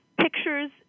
Pictures